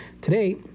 today